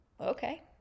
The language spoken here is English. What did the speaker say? Okay